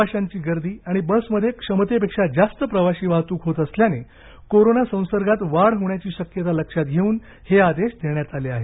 प्रवाशांची गर्दी आणि बसमध्ये क्षमतेपेक्षा जास्त प्रवाशी वाहत्क होत असल्याने कोरोना संसर्गात वाढ होण्याची शक्यता लक्षात घेवून हे आदेश देण्यात आले आहेत